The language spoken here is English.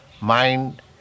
mind